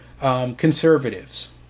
conservatives